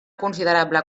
considerable